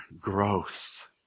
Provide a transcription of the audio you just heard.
growth